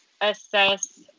assess